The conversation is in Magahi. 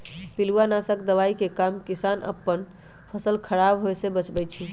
पिलुआ नाशक दवाइ के काम किसान अप्पन फसल ख़राप होय् से बचबै छइ